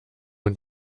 und